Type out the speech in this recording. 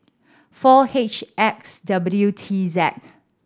four H X W T Z